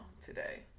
today